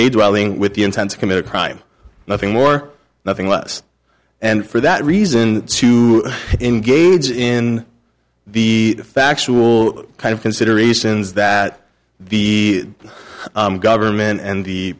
a dwelling with the intent to commit a crime nothing more nothing less and for that reason to engage in the factual kind of considerations that the government and the